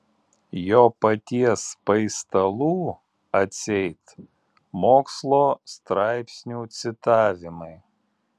jo paties paistalų atseit mokslo straipsnių citavimai